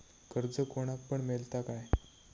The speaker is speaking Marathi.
कर्ज कोणाक पण मेलता काय?